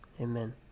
Amen